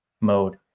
mode